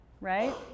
right